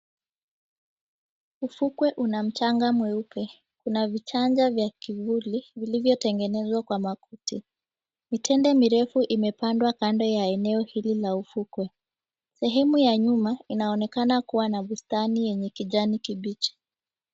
Ufukwe una mchanga mweupe. Kuna vichanja vya kivuli vilivyo tengenezwa kwa makuti. Mitende mirefu imepandwa kando ya eneo hili la ufukwe. Sehemu ya nyuma inaonekana kuwa na bustani yenye kijani kibichi.